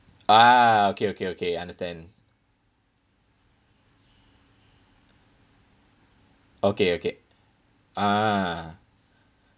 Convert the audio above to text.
ah okay okay okay understand okay okay ah